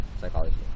psychology